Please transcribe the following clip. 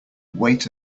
wait